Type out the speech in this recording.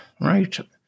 right